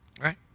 Right